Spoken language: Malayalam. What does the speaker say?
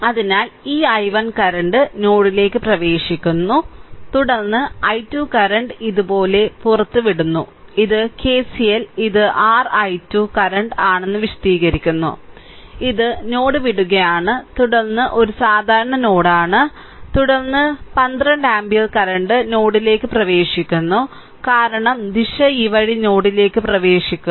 അതിനാൽ ഈ i1 കറന്റ് നോഡിലേക്ക് പ്രവേശിക്കുന്നു തുടർന്ന് i 2 കറന്റ് ഇതുപോലെ പുറത്തുവിടുന്നു ഇത് KCL ഇത് ri 2 കറന്റ് ആണെന്ന് വിശദീകരിക്കുന്നു ഇത് നോഡ് വിടുകയാണ് തുടർന്ന് ഇത് ഒരു സാധാരണ നോഡാണ് തുടർന്ന് 12 ആമ്പിയർ കറന്റ് നോഡിലേക്ക് പ്രവേശിക്കുന്നു കാരണം ദിശ ഈ വഴി നോഡിലേക്ക് പ്രവേശിക്കുന്നു